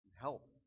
help